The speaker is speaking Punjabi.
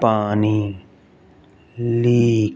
ਪਾਣੀ ਲੀਕ